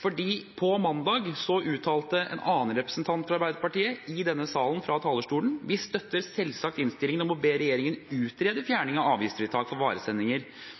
for på mandag uttalte en annen representant fra Arbeiderpartiet i denne salen dette fra talerstolen: «Vi støtter selvsagt også innstillingen om å be regjeringen utrede